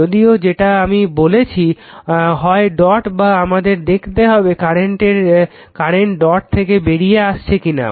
যদিও যেটা আমি বলেছি হয় ডট বা আমাদের দেখতে হবে কারেন্ট ডট থেকে বেরিয়ে আসছে কিনা